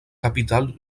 capitale